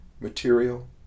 material